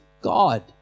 God